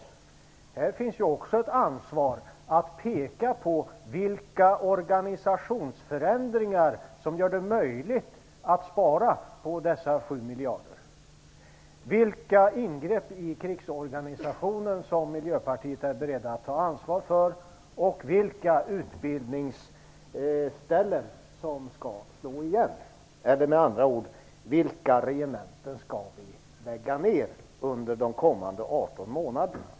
Också här finns ju ett ansvar; att peka på vilka organisationsförändringar som skulle göra det möjligt att spara dessa 7 miljarder. Vilka ingrepp i krigsorganisationen är Miljöpartiet berett att ta ansvar för, och vilka utbildningsställen skall få slå igen? Med andra ord: Vilka regementen skall vi lägga ned under de kommande 18 månaderna?